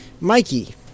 Mikey